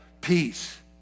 Peace